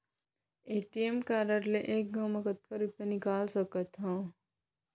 ATM card ले एक घव म कतका रुपिया निकाल सकथव?